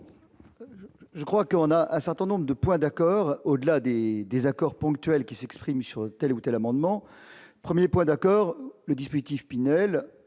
Nous avons un certain nombre de points d'accord, au-delà des désaccords ponctuels sur tel ou tel amendement. Premier point d'accord : le dispositif Pinel